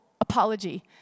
apology